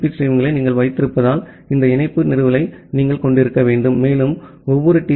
B ஸ்ட்ரீம்களை நீங்கள் வைத்திருப்பதால் இந்த இணைப்பு நிறுவலை நீங்கள் கொண்டிருக்க வேண்டும் மேலும் ஒவ்வொரு டி